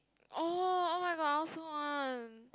oh oh-my-god I also want